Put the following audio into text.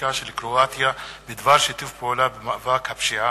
הרפובליקה של קרואטיה בדבר שיתוף פעולה במאבק בפשיעה.